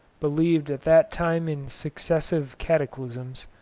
believed at that time in successive cataclysms,